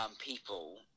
people